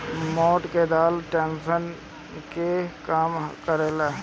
मोठ के दाल टेंशन के कम करेला